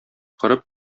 корып